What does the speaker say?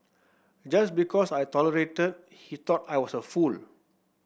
just because I tolerated he thought I was a fool